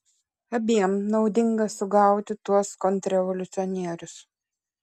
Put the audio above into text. abiem naudinga sugauti tuos kontrrevoliucionierius